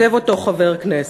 כותב אותו חבר כנסת.